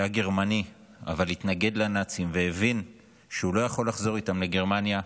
שהיה גרמני אבל התנגד לנאצים והבין שהוא לא יכול לחזור איתם לגרמניה,